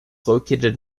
located